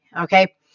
Okay